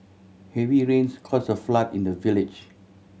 heavy rains caused a flood in the village